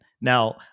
Now